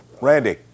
Randy